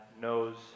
knows